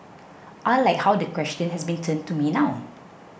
I like how the question has been turned to me now